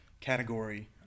category